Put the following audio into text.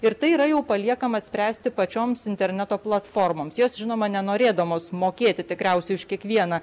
ir tai yra jau paliekama spręsti pačioms interneto platformoms jos žinoma nenorėdamos mokėti tikriausiai už kiekvieną